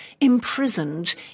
imprisoned